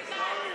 זה קל,